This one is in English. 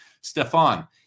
Stefan